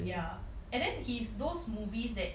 ya and then he is those movies that